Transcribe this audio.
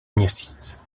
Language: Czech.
měsíc